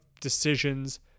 decisions